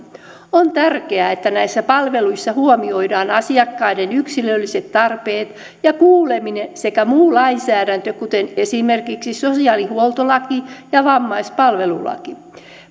on tärkeää että näissä palveluissa huomioidaan asiakkaiden yksilölliset tarpeet ja kuuleminen sekä muu lainsäädäntö esimerkiksi sosiaalihuoltolaki ja vammaispalvelulaki